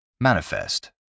Manifest